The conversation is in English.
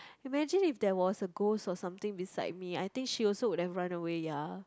imagine if there was a ghost or something beside me I think she also will run away ya